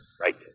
Right